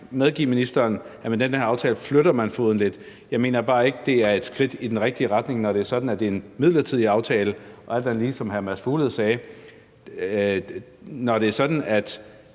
medgive ministeren, at man med den her aftale flytter foden lidt. Jeg mener bare ikke, det er et skridt i den rigtige retning, når det er sådan, at det er en midlertidig aftale. Alt andet lige kan man spørge, som hr. Mads Fuglede gjorde: Når det er sådan, at